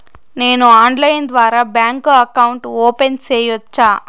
నేను ఆన్లైన్ ద్వారా bank account open సేయొచ్చా?